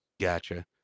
Gotcha